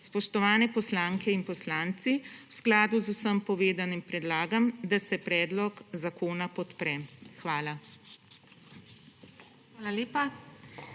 Spoštovane poslanke in poslanci! V skladu z vsem povedanim predlagam, da se predlog zakona podpre. Hvala.